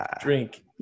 Drink